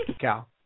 Cal